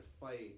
fight